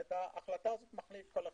את ההחלטה הזו מחליט כל אחד.